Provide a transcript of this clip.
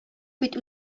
бит